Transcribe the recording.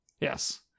Yes